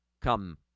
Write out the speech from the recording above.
come